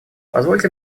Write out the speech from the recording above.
позвольте